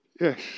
Yes